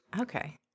Okay